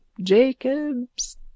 Jacobs